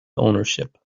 ownership